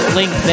link